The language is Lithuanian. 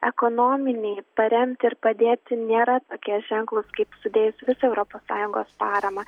ekonominiai paremti ir padėti nėra tokie ženklūs kaip sudėjus visą europos sąjungos paramą